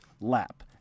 lap